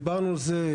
דיברנו על זה,